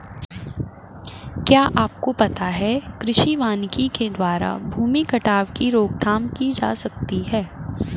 क्या आपको पता है कृषि वानिकी के द्वारा भूमि कटाव की रोकथाम की जा सकती है?